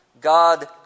God